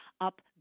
up